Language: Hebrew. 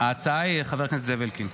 ההצעה היא חבר הכנסת זאב אלקין.